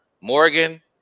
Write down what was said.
Morgan